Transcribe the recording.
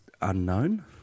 unknown